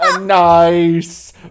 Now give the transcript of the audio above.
Nice